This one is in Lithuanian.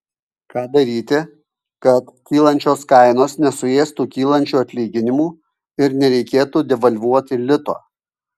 ką daryti kad kylančios kainos nesuėstų kylančių atlyginimų ir nereikėtų devalvuoti lito